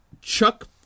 Chuck